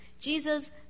Jesus